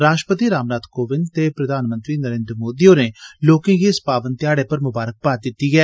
राष्ट्रपति रामनाथ कोविंद ते प्रधानमंत्री नरेन्द्र मोदी होरें लोकें गी इस पावन ध्याड़े पर मुबारकबाद दित्ती ऐ